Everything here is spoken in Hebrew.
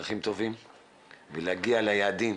בדרכים טובות ולהגיע ליעדים